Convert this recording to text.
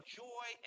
joy